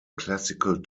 classical